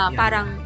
parang